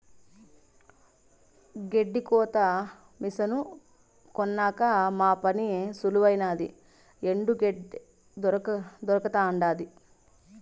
గెడ్డి కోత మిసను కొన్నాక మా పని సులువైనాది ఎండు గెడ్డే దొరకతండాది